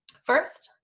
first,